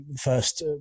first